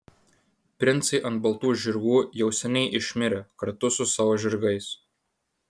princai ant baltų žirgų jau seniai išmirė kartu su savo žirgais